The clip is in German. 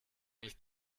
ich